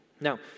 Now